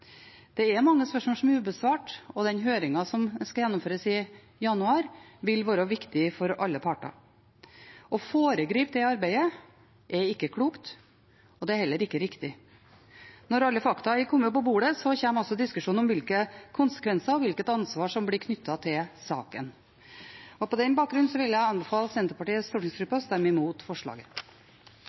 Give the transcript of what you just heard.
Det er mange spørsmål som er ubesvart, og den høringen som skal gjennomføres i januar, vil være viktig for alle parter. Å foregripe det arbeidet er ikke klokt. Det er heller ikke riktig. Når alle fakta er kommet på bordet, kommer diskusjonen om hvilke konsekvenser og hvilket ansvar som blir knyttet til saken. På den bakgrunn vil jeg anbefale Senterpartiets stortingsgruppe å stemme imot forslaget.